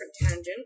tangent